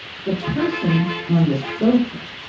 the person on the sofa,